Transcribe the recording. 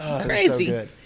Crazy